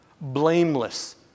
blameless